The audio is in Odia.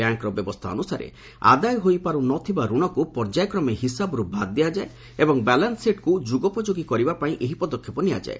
ବ୍ୟାଙ୍କର ବ୍ୟବସ୍ଥା ଅନୁସାରେ ଆଦାୟ ହୋଇପାରୁ ନଥିବା ରଣକୁ ପର୍ଯ୍ୟାୟକ୍ରମେ ହିସାବରୁ ବାଦ୍ ଦିଆଯାଏ ଏବଂ ବାଲାନ୍ସସିଟ୍କୁ ଯୁଗୋପଯୋଗୀ କରିବା ପାଇଁ ଏହି ପଦକ୍ଷେପ ନିଆଯାଏ